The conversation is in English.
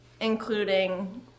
including